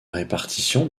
répartition